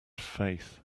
faith